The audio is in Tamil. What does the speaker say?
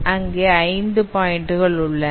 அங்கே 5 பாயிண்டுகள் உள்ளன